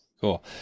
Cool